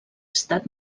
estat